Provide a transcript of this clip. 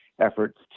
efforts